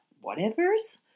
whatever's